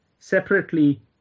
separately